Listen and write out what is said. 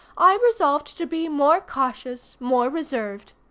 i resolved to be more cautious, more reserved.